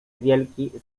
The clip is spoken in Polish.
wielki